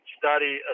study